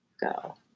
go